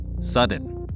Sudden